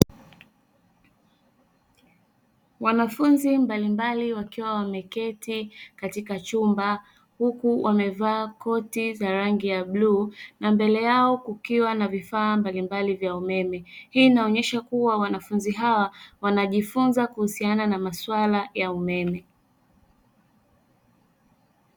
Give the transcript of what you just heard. Wanafunzi mbalimbali wakiwa wameketi kwenye chumba huku wakiwa wamevalia koti za rangi ya bluu na mbele yao kukiwa na vifaa mbalimbali vya umeme. Hii inaonyesha kuwa wanafunzi hawa wanajifunza kuhusiana na masuala ya umeme.